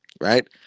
Right